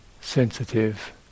sensitive